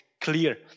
clear